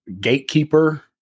gatekeeper